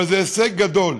אבל זה הישג גדול.